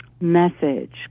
message